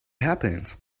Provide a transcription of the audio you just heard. happened